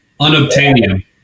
unobtainium